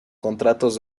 contratos